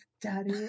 daddy